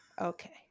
Okay